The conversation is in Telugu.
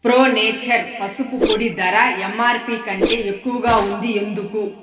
ప్రో నేచర్ పసుపు పొడి ధర ఎమ్ఆర్పి కంటే ఎక్కువగా ఉంది ఎందుకు